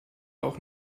auch